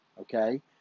okay